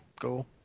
cool